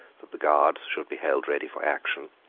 that the guards should be held ready for action,